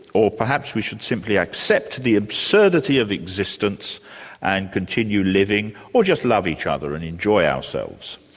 or perhaps we should simply accept the absurdity of existence and continue living, or just love each other and enjoy ourselves,